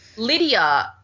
Lydia